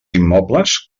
immobles